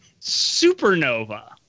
Supernova